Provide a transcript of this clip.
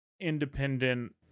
independent